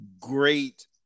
great